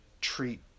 treat